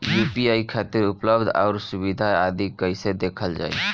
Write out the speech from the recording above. UPI खातिर उपलब्ध आउर सुविधा आदि कइसे देखल जाइ?